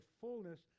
fullness